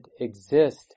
exist